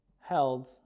held